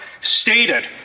stated